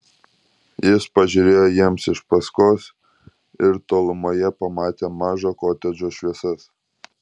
jis pažiūrėjo jiems iš paskos ir tolumoje pamatė mažo kotedžo šviesas